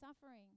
suffering